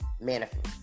manifest